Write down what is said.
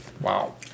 Wow